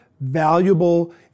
valuable